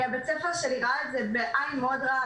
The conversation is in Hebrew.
בית הספר שלי ראה את זה בעין רעה מאוד.